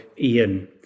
Ian